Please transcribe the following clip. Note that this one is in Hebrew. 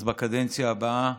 אז בקדנציה הבאה.